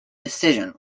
decision